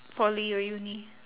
poly or uni